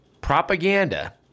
propaganda